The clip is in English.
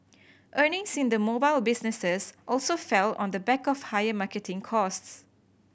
earnings in the mobile businesses also fell on the back of higher marketing costs